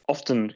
Often